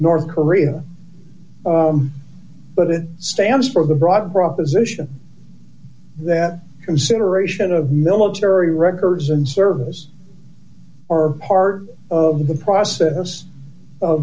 north korea but it stands for the broad broad position that consideration of military records and service or part of the process of